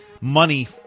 money